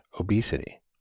obesity